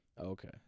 Okay